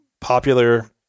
popular